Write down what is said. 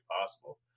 possible